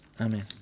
Amen